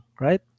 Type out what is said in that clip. right